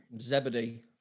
Zebedee